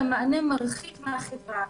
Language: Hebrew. אלא מענה מרחיק מהחברה.